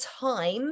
time